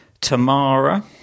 Tamara